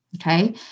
Okay